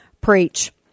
Preach